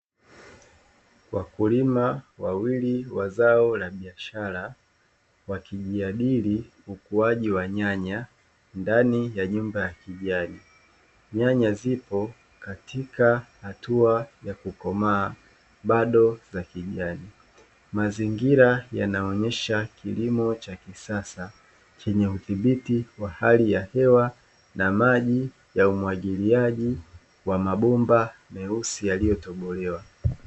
Wakulima wawili wa zao la biashara wakijadili ukuaji wa nyanya ndani ya nyumba ya kijani, nyanya zipo katika hatua ya kukomaa bado za kijani, mazingira yanaonyesha kilimo cha kisasa chenye udhibiti wa hali ya hewa na maji ya umwagiliaji kwa mabomba meusi yaliyotobolewa.